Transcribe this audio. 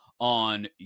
on